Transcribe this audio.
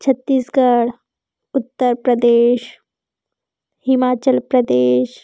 Chhattisgarh Uttar Pradesh Himachal Pradesh